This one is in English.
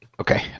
Okay